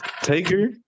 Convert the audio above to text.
Taker